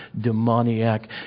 demoniac